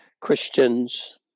Christians